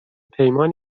پیمان